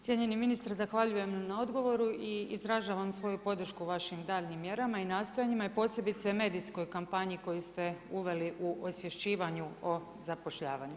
Cijenjeni ministre zahvaljujem na odgovoru i izražavam svoju podršku vašim daljnjim mjerama i nastojanjima i posebice medijskoj kampanji koju ste uveli u osvješćivanju o zapošljavanju.